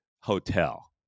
hotel